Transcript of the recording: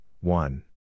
one